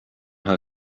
her